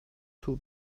two